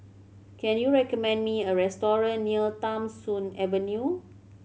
can you recommend me a restaurant near Tham Soong Avenue